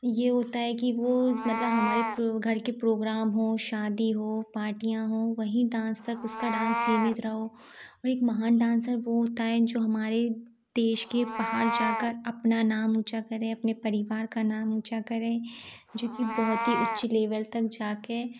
ये होता है कि वो मतलब हमारे प्रो घर के प्रोग्राम हो शादी हो पार्टियाँ हो वही डांस तक उसका डांस सीमित रहा हो और एक महान डांसर वो होता है जो हमारे देश के बाहर जा कर अपना नाम ऊँचा करे अपने परिवार का नाम ऊँचा करे जो कि बहुत ही उच्च लेवल तक जा के